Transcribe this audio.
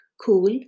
cool